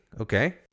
Okay